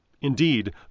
Indeed